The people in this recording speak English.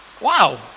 Wow